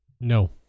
No